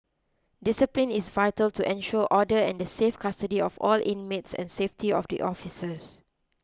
discipline is vital to ensure order and the safe custody of all inmates and safety of the officers